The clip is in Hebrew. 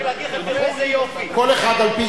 הוא גם ראש ממשלה וגם נביא,